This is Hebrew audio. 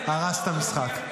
ה-VAR הרס את המשחק.